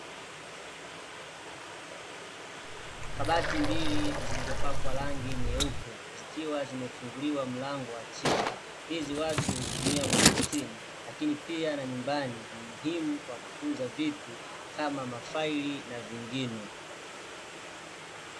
Kabati mbili zilizopakwa rangi nyeupe zikiwa zimefunguliwa mlango wa chini, hizi watu huzitumia maofisini lakini pia na nyumbani ni muhimu kwa kutunza vitu kama mafaili na vingine.